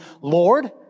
Lord